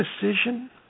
decision